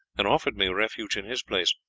and offered me refuge in his place.